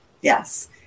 Yes